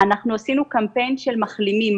אנחנו עשינו קמפיין של מחלימים,